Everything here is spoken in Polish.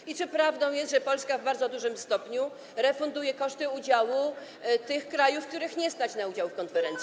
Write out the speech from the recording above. I czy prawdą jest, że Polska w bardzo dużym stopniu refunduje koszty udziału tych krajów, których nie stać na udział w konferencji?